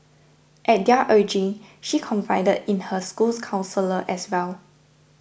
at their urging she confided in her school's counsellor as well